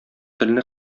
телне